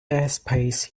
airspace